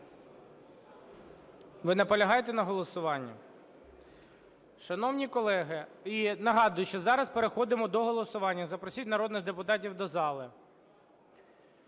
Ви наполягаєте на голосуванні? Шановні колеги, і нагадую, що зараз переходимо до голосування. Запросіть народних депутатів до зали.